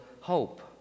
hope